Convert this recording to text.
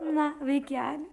na vaikeli